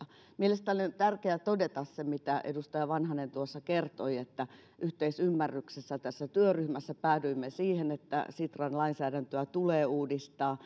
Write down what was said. mielestäni on tärkeä todeta se mitä edustaja vanhanen tuossa kertoi että yhteisymmärryksessä tässä työryhmässä päädyimme siihen että sitran lainsäädäntöä tulee uudistaa